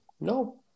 No